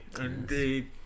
Indeed